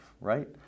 right